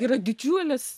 yra didžiulis